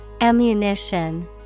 Ammunition